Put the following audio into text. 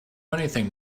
anything